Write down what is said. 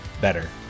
better